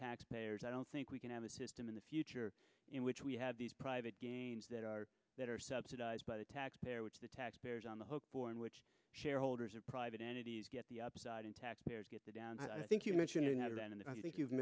taxpayers i don't think we can have a system in the future in which we have these private gains that are that are subsidized by the taxpayer which the taxpayer is on the hook for and which shareholders of private entities get the upside and taxpayers get the downside i think you mentioned that and i think you've